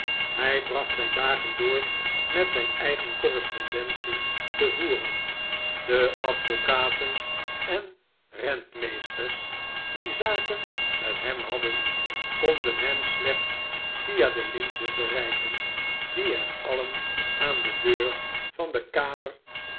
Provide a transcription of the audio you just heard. hij bracht zijn dagen door met zijn eigen correspondence te voeren de advocaten en rentmeesters die zaken met hem hadden konden hem slechts via de lintjes bereiken die hen alien aan de deur van dc kamer